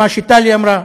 מה שטלי אמרה?